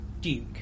Duke